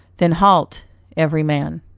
then halt every man.